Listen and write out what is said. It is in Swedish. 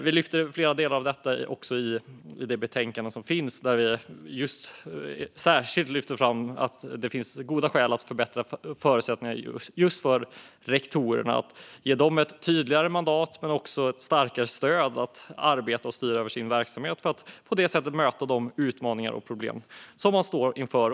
Vi lyfter flera delar av detta i betänkandet, där vi särskilt framhåller att det finns goda skäl att förbättra förutsättningarna för just rektorerna. Vi vill ge dem ett tydligare mandat men också ett starkare stöd när det gäller att arbeta och styra över sin verksamhet för att på det sättet kunna möta de utmaningar och problem de står inför.